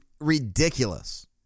ridiculous